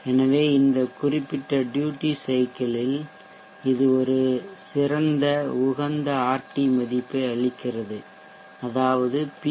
எனவே இந்த குறிப்பிட்ட ட்யூட்டி சைக்கிள் இல் இது ஒரு சிறந்த உகந்த ஆர்டி மதிப்பை அளிக்கிறது அதாவது பி